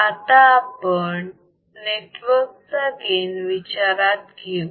आता आपण नेटवर्क चा गेन विचारात घेऊ